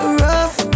rough